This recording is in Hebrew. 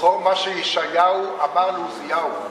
זכור מה שישעיהו אמר לעוזיהו.